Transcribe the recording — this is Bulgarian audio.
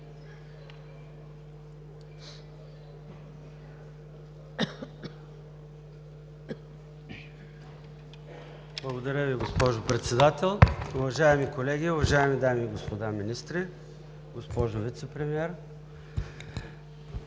Благодаря Ви, госпожо Председател. Уважаеми колеги, уважаеми дами и господа министри, госпожо Вицепремиер!